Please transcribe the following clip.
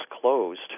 closed